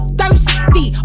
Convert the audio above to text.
thirsty